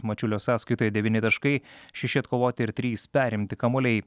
mačiulio sąskaitoje devyni taškai šeši atkovoti ir trys perimti kamuoliai